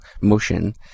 motion